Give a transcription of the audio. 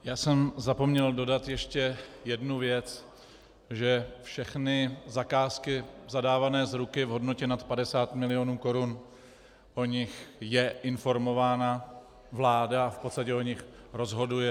Já jsem zapomněl dodat ještě jednu věc, že všechny zakázky zadávané z ruky v hodnotě nad 50 milionů korun, o nich je informována vláda a v podstatě o nich rozhoduje.